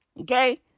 Okay